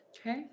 Okay